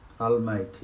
Almighty